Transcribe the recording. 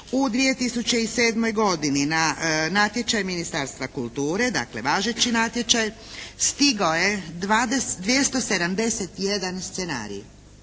U 2007. godini na natječaj Ministarstva kulture, dakle važeći natječaj stigao je 271 scenarij.